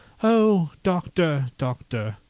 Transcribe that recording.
oh! doctor, doctor!